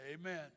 Amen